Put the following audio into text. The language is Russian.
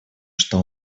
что